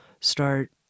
start